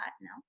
no